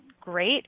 great